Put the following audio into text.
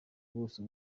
buso